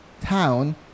town